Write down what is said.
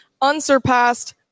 unsurpassed